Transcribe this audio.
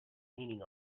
meaning